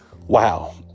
Wow